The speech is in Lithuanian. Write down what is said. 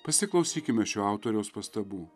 pasiklausykime šio autoriaus pastabų